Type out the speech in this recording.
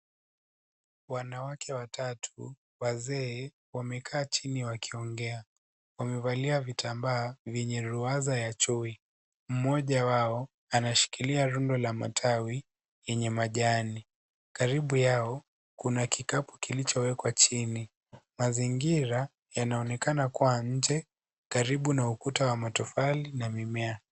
Wanawake watatu, wazee wamekaa chini wakiongea. Wamevalia vitambaa vyenye ruwaza ya chui. Mmoja wao anashikilia rundo la matawi yenye majani. Karibu yao kuna kikapu kilichowekwa chini. Mazingira yanaonekana kuwa nje, karibu na ukuta wa matofali na mimea.